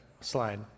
slide